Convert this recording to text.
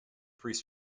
priest